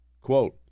Quote